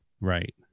Right